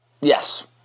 Yes